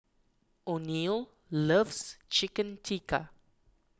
oneal loves Chicken Tikka